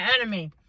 enemy